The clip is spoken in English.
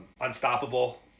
Unstoppable